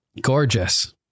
Gorgeous